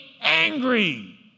angry